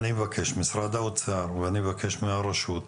אני מבקש ממשרד האוצר ואני מבקש מהרשות,